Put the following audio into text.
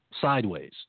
sideways